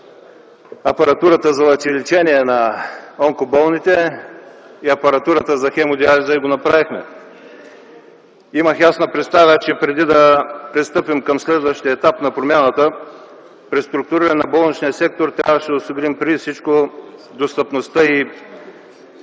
апаратурата за лъчелечение на онкоболните и апаратурата за хемодиализа – и го направихме. Имах ясна представа, че преди да пристъпим към следващия етап на промяната – преструктуриране на болничния сектор, трябваше да осигурим, преди всичко достъпността и